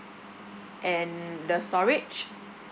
and the storage